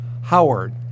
Howard